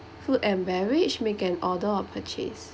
food and beverage make an order or purchase